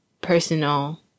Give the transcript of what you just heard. personal